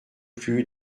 plus